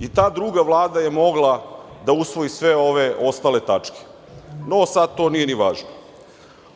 i ta druga vlada je mogla da usvoji sve ove ostale tačke. No, sad to i nije važno.